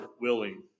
willing